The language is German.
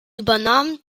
übernahm